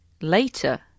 later